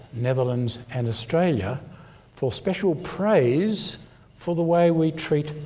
netherlands and australia for special praise for the way we treat,